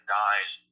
dies